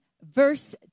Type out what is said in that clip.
verse